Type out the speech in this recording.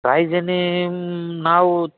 price any now